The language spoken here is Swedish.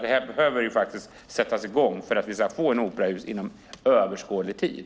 Det behöver sättas i gång ett arbete för att vi ska få ett operahus inom överskådlig tid.